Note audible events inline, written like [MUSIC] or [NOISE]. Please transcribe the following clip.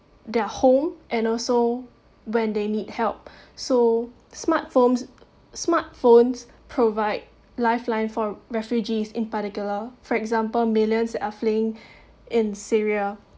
their home and also when they need help so smartphon~ smartphones provide lifeline for refugees in particular for example millions are fleeing [BREATH] in syria